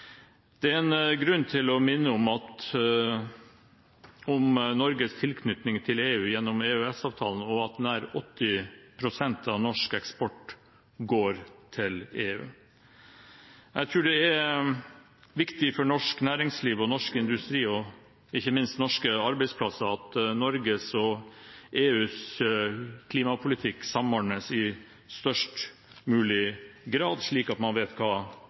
Det er grunn til å minne om Norges tilknytning til EU gjennom EØS-avtalen og at nær 80 pst. av norsk eksport går til EU. Jeg tror det er viktig for norsk næringsliv, norsk industri og ikke minst norske arbeidsplasser at Norges og EUs klimapolitikk samordnes i størst mulig grad, slik at man vet hva